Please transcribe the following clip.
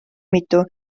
mitu